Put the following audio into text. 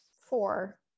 four